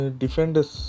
defenders